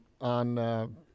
on